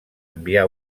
enviar